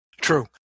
True